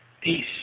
Peace